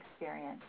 experience